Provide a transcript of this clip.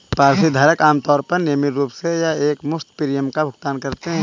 policy धारक आमतौर पर नियमित रूप से या एकमुश्त प्रीमियम का भुगतान करता है